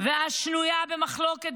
והשנויה במחלוקת,